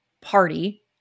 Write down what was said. party